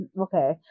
Okay